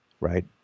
Right